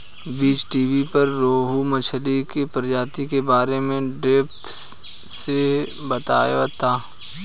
बीज़टीवी पर रोहु मछली के प्रजाति के बारे में डेप्थ से बतावता